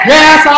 Yes